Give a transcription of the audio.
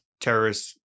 terrorists